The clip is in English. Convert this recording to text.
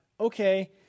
okay